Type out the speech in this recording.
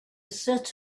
set